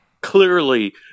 clearly